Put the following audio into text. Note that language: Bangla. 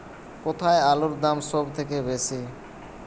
কোথায় আলুর দাম সবথেকে বেশি?